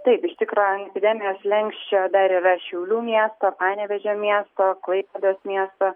taip iš tikro ant epidemijos slenksčio dar yra šiaulių miesto panevėžio miesto klaipėdos miesto